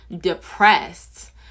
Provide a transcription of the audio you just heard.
depressed